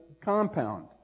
compound